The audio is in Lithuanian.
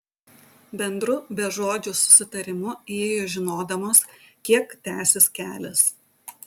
bendru bežodžiu susitarimu ėjo žinodamos kiek tęsis kelias